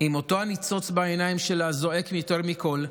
עם אותו הניצוץ בעיניים של הזועק יותר מכול: